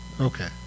Okay